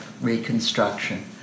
Reconstruction